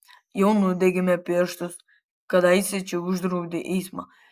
jau nudegėme pirštus kadaise čia uždraudę eismą